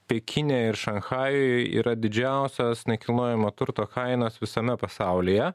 pekine ir šanchajuje yra didžiausios nekilnojamo turto kainos visame pasaulyje